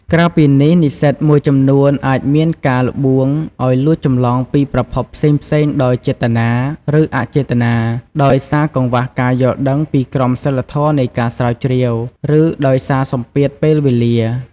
ក្រៅពីនេះ និស្សិតមួយចំនួនអាចមានការល្បួងឱ្យលួចចម្លងពីប្រភពផ្សេងៗដោយចេតនា ឬអចេតនា ដោយសារកង្វះការយល់ដឹងពីក្រមសីលធម៌នៃការស្រាវជ្រាវ ឬដោយសារសម្ពាធពេលវេលា។